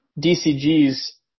DCG's